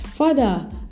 Father